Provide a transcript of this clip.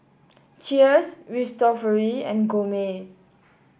Cheers Cristofori and Gourmet